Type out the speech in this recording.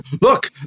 Look